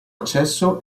accesso